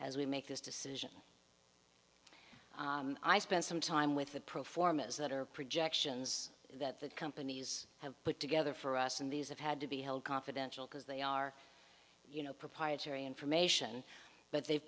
as we make this decision i spent some time with the pro forma is that our projections that the companies have put together for us and these have had to be held confidential because they are you know proprietary information but they